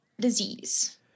disease